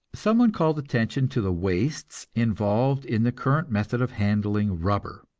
some one called attention to the wastes involved in the current method of handling rubber.